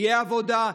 תהיה עבודה,